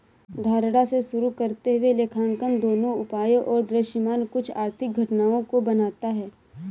धारणा से शुरू करते हुए लेखांकन दोनों उपायों और दृश्यमान कुछ आर्थिक घटनाओं को बनाता है